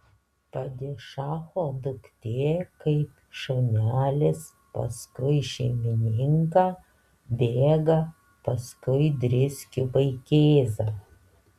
padišacho duktė kaip šunelis paskui šeimininką bėga paskui driskių vaikėzą